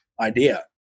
idea